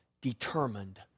determined